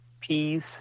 peas